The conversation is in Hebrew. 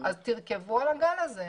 אז תרכבו על הגל הזה.